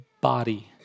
body